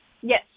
Yes